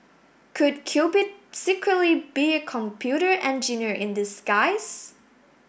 could Cupid secretly be a computer engineer in disguise